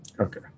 Okay